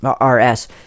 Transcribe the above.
RS